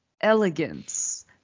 elegance